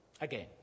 again